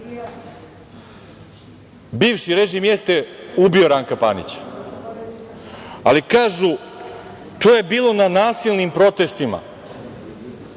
režim jeste ubio Ranka Panića, ali kažu – to je bilo na nasilnim protestima.